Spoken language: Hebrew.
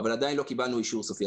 אבל עדיין לא קיבלנו אישור סופי.